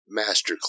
masterclass